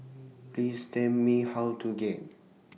Please Tell Me How to get